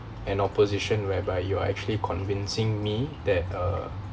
an opposition whereby you are actually convincing me that uh